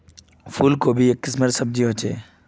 फूल कोबी एक किस्मेर सब्जी ह छे